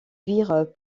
virent